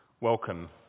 welcome